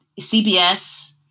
CBS